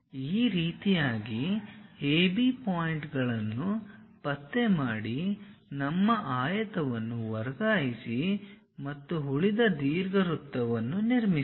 ಈ ರೀತಿಯಾಗಿ AB ಪಾಯಿಂಟ್ಗಳನ್ನು ಪತ್ತೆ ಮಾಡಿ ನಮ್ಮ ಆಯತವನ್ನು ವರ್ಗಾಯಿಸಿ ಮತ್ತು ಉಳಿದ ದೀರ್ಘವೃತ್ತವನ್ನು ನಿರ್ಮಿಸಿ